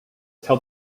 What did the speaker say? tell